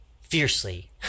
fiercely